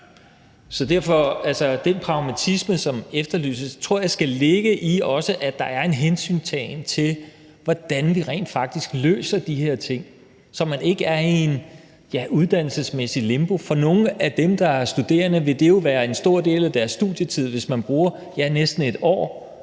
Så den pragmatisme, som efterlyses, tror jeg også skal ligge i, at der er en hensyntagen til, hvordan vi rent faktisk løser de her ting, så man ikke befinder sig i et uddannelsesmæssigt limbo. For nogle af de studerende vil det jo være en stor del af deres studietid, hvis man bruger næsten et år